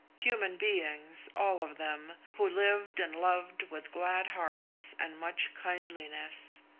human beings all of them, who lived and loved with glad hearts and much kindliness.